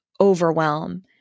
overwhelm